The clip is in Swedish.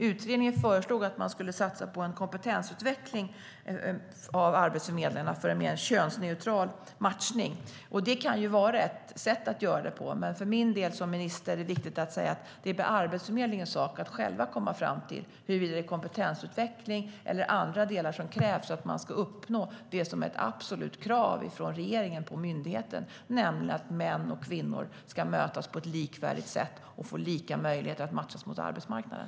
Utredningen föreslog att man skulle satsa på kompetensutveckling av arbetsförmedlarna för en mer könsneutral matchning. Det kan vara ett sätt att göra det på. Men för mig som minister är det viktigt att säga att det är Arbetsförmedlingens sak att själv komma fram till huruvida det är kompetensutveckling eller andra delar som krävs för att man ska uppnå det som är ett absolut krav från regeringen på myndigheten, nämligen att män och kvinnor ska mötas på ett likvärdigt sätt och få samma möjligheter att matchas mot arbetsmarknaden.